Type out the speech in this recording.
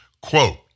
Quote